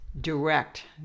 direct